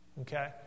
Okay